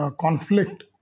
conflict